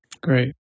Great